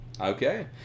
okay